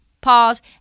Pause